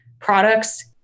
products